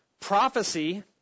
Prophecy